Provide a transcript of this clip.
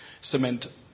cement